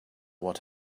what